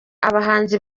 abahanzi